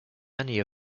many